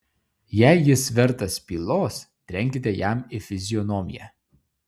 jei jis vertas pylos trenkite jam į fizionomiją